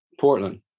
portland